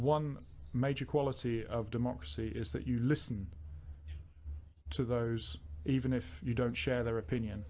one major quality of democracy is that you listen to those even if you don't share their opinion